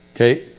Okay